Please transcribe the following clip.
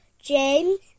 James